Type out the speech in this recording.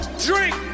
drink